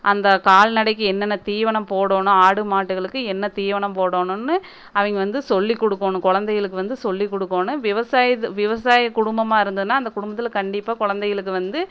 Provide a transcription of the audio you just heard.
அந்த கால்நடைக்கு என்னென்ன தீவனம் போடணும் ஆடு மாடுகளுக்கு என்ன தீவனம் போடணும்னு அவங்க வந்து சொல்லிக் கொடுக்கோணும் கொழந்தைகளுக்கு வந்து சொல்லி கொடுக்கோணும் விவசாயத்தை விவசாய குடும்பமாக இருந்ததுனால் அந்த குடும்பத்தில் கண்டிப்பாக கொழந்தைகளுக்கு வந்து